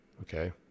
Okay